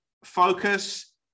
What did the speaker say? Focus